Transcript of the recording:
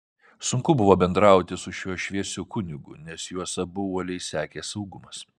sunku buvo bendrauti su šiuo šviesiu kunigu nes juos abu uoliai sekė saugumas